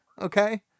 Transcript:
Okay